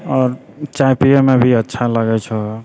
आओर चाइ पिएमे भी अच्छा लागै छऽ